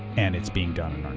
and it's being done